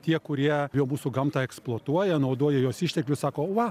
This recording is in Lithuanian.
tie kurie jau mūsų gamtą eksploatuoja naudoja jos išteklius sako va